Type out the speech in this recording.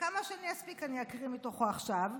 כמה שאני אספיק, אני אקריא מתוכו עכשיו.